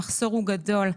המחסור הוא גדול.